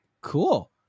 Cool